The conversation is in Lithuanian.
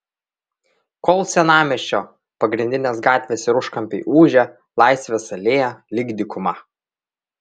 kol senamiesčio pagrindinės gatvės ir užkampiai ūžia laisvės alėja lyg dykuma